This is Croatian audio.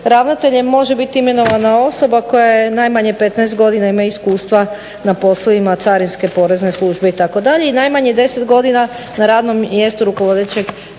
ravnateljem može biti imenovana osoba koja je najmanje 15 godina ima iskustva na poslovima carinske porezne službe itd. i najmanje 10 godina na radnom mjestu rukovodećeg